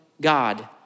God